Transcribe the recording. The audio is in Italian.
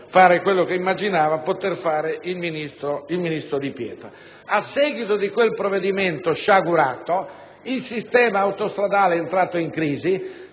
fare quello che immaginava poter fare il ministro Di Pietro. A seguito di quel provvedimento sciagurato, il sistema autostradale è entrato in crisi,